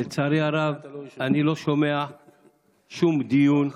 לצערי הרב, אני לא שומע שום דיון,